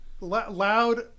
Loud